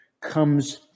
comes